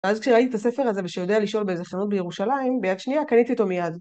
ואז כשראיתי את הספר הזה ושיודע לשאול באיזה חנות בירושלים, ביד שנייה קניתי אותו מיד.